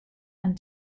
and